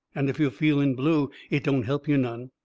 and if you're feeling blue it don't help you none.